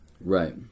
Right